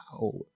Wow